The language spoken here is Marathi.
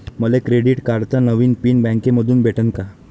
मले क्रेडिट कार्डाचा नवा पिन बँकेमंधून भेटन का?